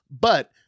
But-